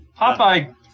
Popeye